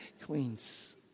queens